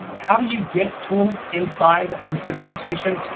how do you get tools inside the sift workstation?